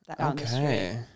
Okay